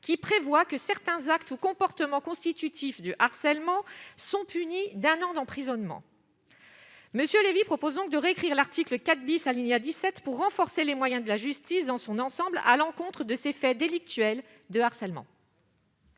qui prévoit que certains actes ou comportements constitutifs du harcèlement sont punis d'un an d'emprisonnement. Monsieur Lévy propose donc de réécrire l'article 4 bis à il y a 17 pour renforcer les moyens de la justice dans son ensemble à l'encontre de ces faits délictuels de harcèlement.